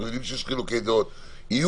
אנחנו יודעים שיש חילוקי דעות ויהיו